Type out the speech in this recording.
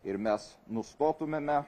ir mes nustotumėme